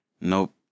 Nope